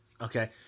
Okay